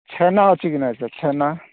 ଛେନା ଅଛି କି ନାହିଁ ସାର୍ ଛେନା